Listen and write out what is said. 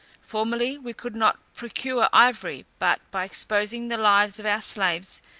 formerly we could not procure ivory but by exposing the lives of our slaves,